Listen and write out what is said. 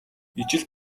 ижил